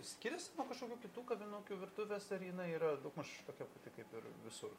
skiriasi nuo kažkokių kitų kavinukių virtuvės ar jinai yra daugmaž tokia pati kaip ir visur